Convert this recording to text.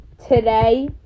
Today